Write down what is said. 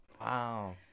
Wow